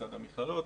מצד המוסדות,